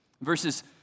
Verses